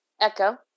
echo